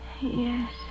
Yes